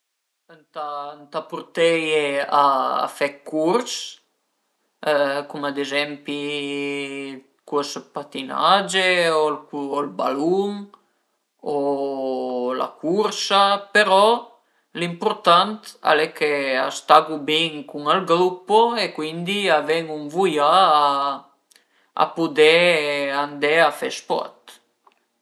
Ëntà ëntà purteie a fe d'curs, cum ad ezempi curs d'patinage o ël balun o la cursa, però l'impurtant al e ch'a stagu bin cun ël gruppo e cuindi ch'a venu ën vuià a pudé andé a fe sport